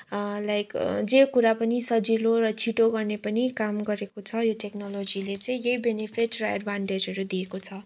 like जे कुरा पनि सजिलो र छिटो गर्ने पनि काम गरेको छ यो टेक्नेनोलोजीले चाहिँ यही बेनिफिड र एडभान्टेजहरू दिएको छ